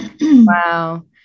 Wow